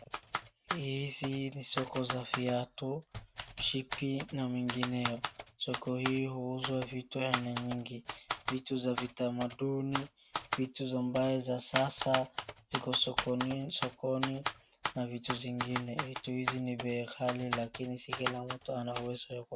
Hizi ni soko za viatu, mshipi na mengineo. Soko hii huuzwa vitu aina nyingi, vitu za vitamaduni, vitu ambaye za sasa, ziko sokoni, sokoni na vitu zingine. Vitu hizi ni bei ghali, lakini si kila mtu ana uwezo ya kununua.